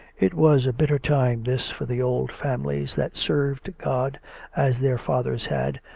it was a bitter time, this, for the old families that served god as their fathers had,